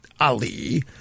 Ali